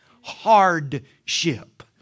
hardship